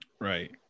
Right